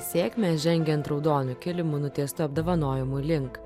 sėkmę žengiant raudonu kilimu nutiestu apdovanojimų link